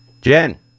Jen